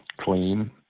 clean